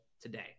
today